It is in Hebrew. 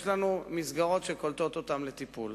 יש לנו מסגרות שקולטות אותם לטיפול.